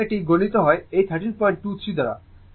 এবং এটি গুণিত হয় এই 1323 দ্বারা